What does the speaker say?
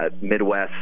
midwest